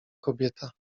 kobieta